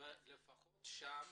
ולפחות שם